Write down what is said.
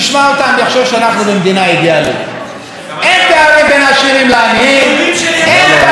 שני נאומים שונים, אתה אוהב את הנאומים שלי?